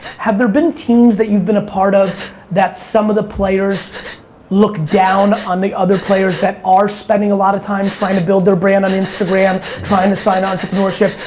have there been teams that you've been a part of that some of the players look down on the other players that are spending a lot of time trying to build their brand on instagram, trying to sign entrepreneurship?